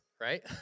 Right